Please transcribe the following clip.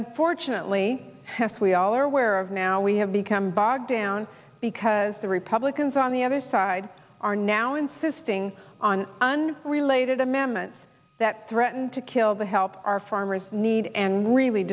unfortunately has we all are aware of now we have become bogged down because the republicans on the other side are now insisting on un related amendments that threaten to kill the help our farmers need and really